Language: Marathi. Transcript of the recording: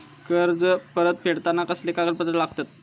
कर्ज परत फेडताना कसले कागदपत्र लागतत?